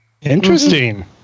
Interesting